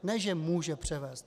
Ne že může převést.